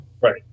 Right